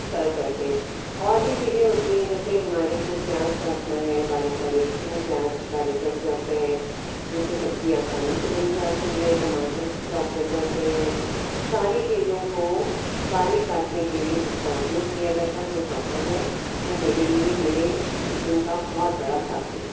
सर्व करते हैं और भी चीज होती हैं जैसे हमारे को प्याज काटना है बारीक बारीक तो वो प्याज बारीक कट जाते हैं जिससे सब्जी आसानी से बन जाती है टमाटर चोप हो जाते हैं सारी चीज़ों को बारीक काटने के लिए जिसका उपयोग किया जाता है वो चोपर है वो मेरे लिए मेरे किचेन का बहुत बड़ा साथी है